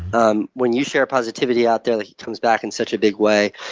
um when you share positivity out there, that comes back in such a big way.